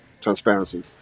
transparency